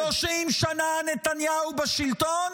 30 שנה נתניהו בשלטון,